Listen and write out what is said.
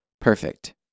perfect